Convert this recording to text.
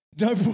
No